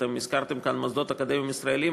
אתם הזכרתם כאן מוסדות אקדמיים ישראליים,